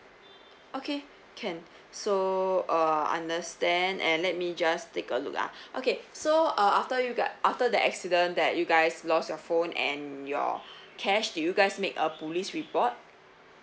okay can so uh understand and let me just take a look ah okay so uh after you got after the accident that you guys lost your phone and your cash do you guys make a police report